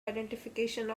identification